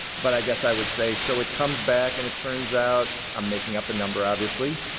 but i guess i would say, so it comes back and it turns out, i'm making up a number obviously,